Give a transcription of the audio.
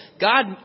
God